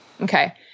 Okay